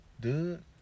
Dude